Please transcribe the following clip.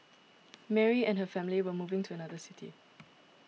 Mary and her family were moving to another city